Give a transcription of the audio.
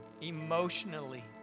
emotionally